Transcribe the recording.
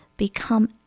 become